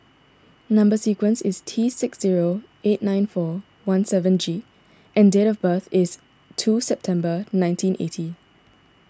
Number Sequence is T six zero eight nine four one seven G and date of birth is two September nineteen eighty